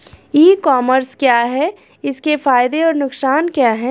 ई commerce क्या है इसके फायदे और नुकसान क्या है?